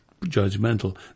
judgmental